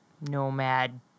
nomad